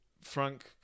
Frank